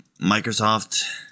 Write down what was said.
Microsoft